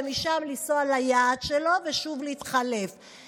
ומשם לנסוע ליעד שלו ושוב להתחלף.